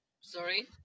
Sorry